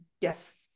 yes